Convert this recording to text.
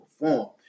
perform